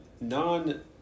non